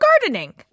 gardening